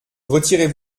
retirez